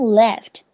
left